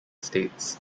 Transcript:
states